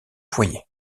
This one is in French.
foyer